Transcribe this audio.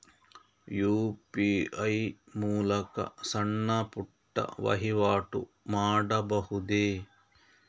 UPI ಮೂಲಕ ಸಣ್ಣ ಪುಟ್ಟ ವಹಿವಾಟು ಮಾಡಬಹುದೇ?